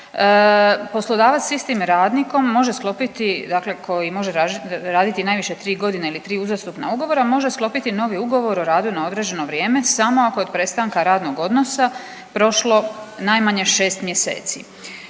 Poslodavac s istim radnikom može sklopiti, dakle koji može raditi najviše 3.g. ili 3 uzastopna ugovora, može sklopiti novi ugovor o radu na određeno vrijeme samo ako je od prestanka radnog odnosa prošlo najmanje 6 mjeseci,